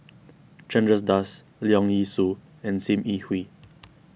Chandra Das Leong Yee Soo and Sim Yi Hui